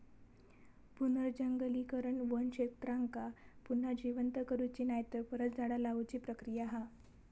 पुनर्जंगलीकरण वन क्षेत्रांका पुन्हा जिवंत करुची नायतर परत झाडा लाऊची प्रक्रिया हा